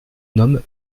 nomme